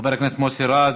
חבר הכנסת מוסי רז,